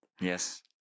yes